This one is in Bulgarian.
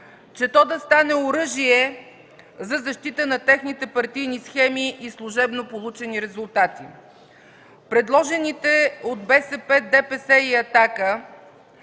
че то да стане оръжие за защита на техните партийни схеми и служебно получени резултати. Предложените решения от БСП, ДПС и